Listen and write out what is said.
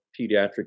pediatric